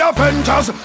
Avengers